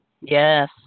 Yes